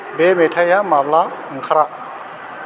बे मेथाइआ माब्ला ओंखारा